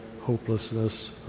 hopelessness